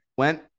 Went